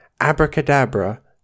abracadabra